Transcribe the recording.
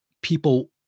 People